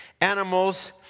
animals